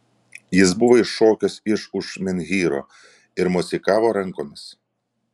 jis buvo iššokęs iš už menhyro ir mosikavo rankomis